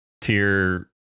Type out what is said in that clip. tier